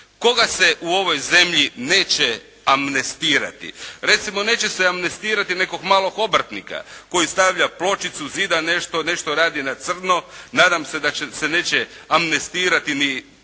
Koga se u ovoj zemlji neće amnestirati? Recimo neće se amnestirati nekog malog obrtnika koji stavlja pločicu zida, nešto radi na crno, nadam se da se neće amnestirati ni